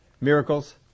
miracles